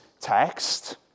text